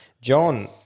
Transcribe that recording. John